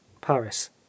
paris